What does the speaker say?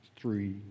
three